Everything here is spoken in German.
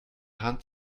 hand